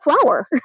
flower